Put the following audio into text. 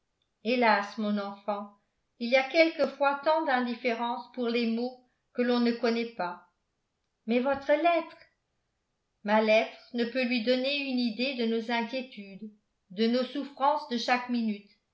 hélas mon enfant il y a quelquefois tant d'indifférence pour les maux que l'on ne connaît pas mais votre lettre ma lettre ne peut lui donner une idée de nos inquiétudes de nos souffrances de chaque minute